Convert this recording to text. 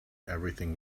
everything